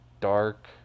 dark